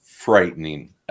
frightening